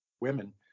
women